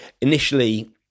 initially